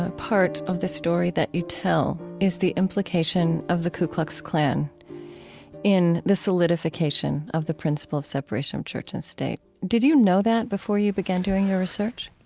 ah part of the story that you tell is the implication of the ku klux klan in the solidification of the principle of separation of church and state. did you know that before you began doing your research?